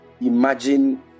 imagine